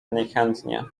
niechętnie